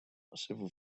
several